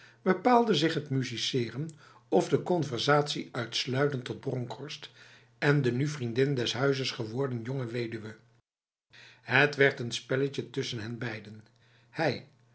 bepaalde zich het musiceren of de conversatie uitsluitend tot bronkhorst en de nu vriendin des huizes geworden jonge weduwe het werd een spelletje tussen hen beiden hij